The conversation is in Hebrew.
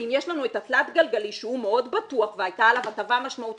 ואם יש לנו את התלת גלגלי שהוא מאוד בטוח והייתה עליו הטבה משמעותית